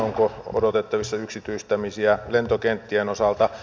onko odotettavissa yksityistämisiä lentokenttien osalta